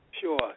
Sure